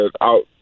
out